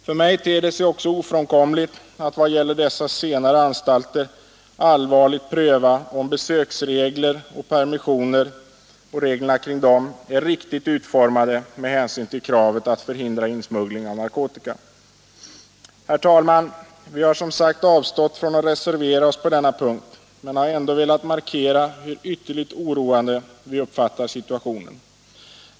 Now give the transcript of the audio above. För mig ter det sig också ofrånkomligt att vad gäller dessa senare anstalter allvarligt pröva om besöksregler och permissioner är riktigt utformade med hinsyn till kravet att förhindra insmuggling av narkotika. Vi har som sagt avståll från att reservera oss på denna punkt men har ändå velat markera hur ytterligt oroande vi uppfattar situationen.